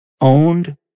owned